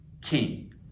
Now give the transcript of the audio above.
king